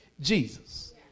Jesus